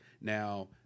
Now